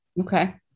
Okay